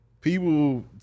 people